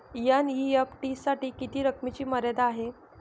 NEFT साठी किती रकमेची मर्यादा आहे?